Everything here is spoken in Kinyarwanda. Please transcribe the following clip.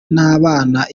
n’abana